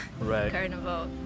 carnival